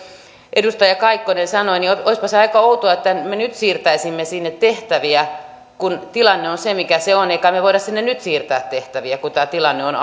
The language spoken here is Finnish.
edustaja kaikkonen sanoi niin olisipa se aika outoa että me nyt siirtäisimme sinne tehtäviä kun tilanne on mikä se on emme kai me voi sinne nyt siirtää tehtäviä kun tämä tilanne on